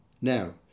Now